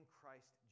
Christ